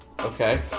Okay